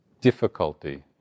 difficulty